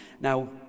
Now